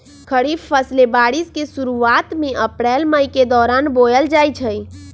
खरीफ फसलें बारिश के शुरूवात में अप्रैल मई के दौरान बोयल जाई छई